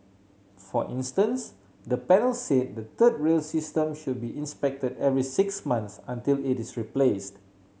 for instance the panel said the third rail system should be inspected every six months until it is replaced